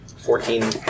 Fourteen